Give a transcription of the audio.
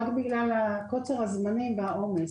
רק בגלל קוצר הזמנים והעומס.